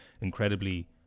incredibly